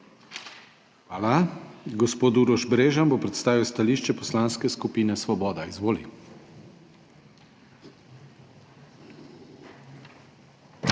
Hvala. Gospod Uroš Brežan bo predstavil stališče Poslanske skupine Svoboda. Izvoli.